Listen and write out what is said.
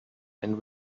and